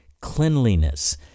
Cleanliness